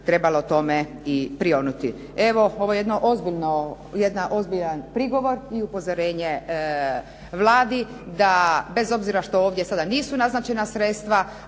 trebalo tome i prioniti. Evo ovo je jedan ozbiljan prigovor i upozorenje Vladi da bez obzira što ovdje sada nisu naznačena sredstva